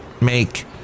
Make